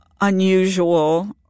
unusual